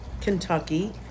Kentucky